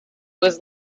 was